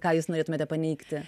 ką jūs norėtumėte paneigti